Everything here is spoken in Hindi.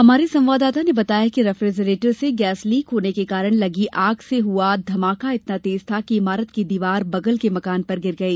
हमारे संवाददाता ने बताया कि रेफ़िजरेटर से गैस लीक होने के कारण लगी आग से हुआ धमाका इतना तेज था कि इमारत की दीवार बगल के मकान पर गिर गई